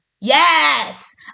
yes